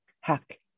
hack